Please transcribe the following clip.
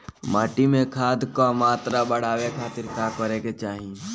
माटी में खाद क मात्रा बढ़ावे खातिर का करे के चाहीं?